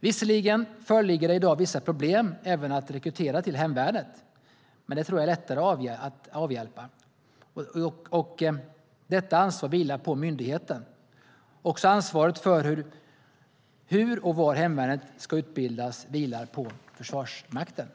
Visserligen föreligger det i dag vissa problem även att rekrytera till hemvärnet, men det tror jag är lättare att avhjälpa. Och detta ansvar vilar på myndigheten. Också ansvaret för hur och var hemvärnet ska utbildas vilar på Försvarsmakten.